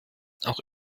auch